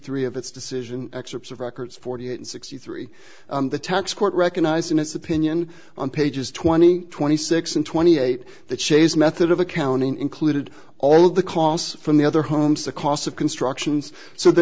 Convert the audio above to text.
three of its decision excerpts of records forty eight and sixty three the tax court recognized in its opinion on pages twenty twenty six and twenty eight that shay's method of accounting included all of the costs from the other homes the costs of constructions so the